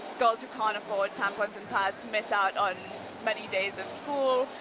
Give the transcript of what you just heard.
girls who can't afford tampons and pads miss out on many days of school,